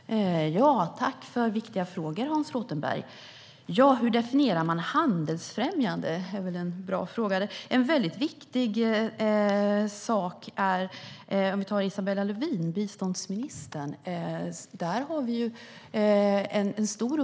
Herr talman! Tack för viktiga frågor, Hans Rothenberg! Hur definierar man handelsfrämjande? Det är en bra fråga. Om vi tar biståndsminister Isabella Lövin finns det en viktig sak.